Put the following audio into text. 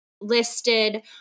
listed